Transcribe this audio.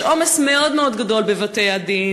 יש עומס מאוד מאוד גדול בבתי-הדין,